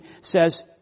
says